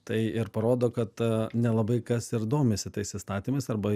tai ir parodo kad nelabai kas ir domisi tais įstatymais arba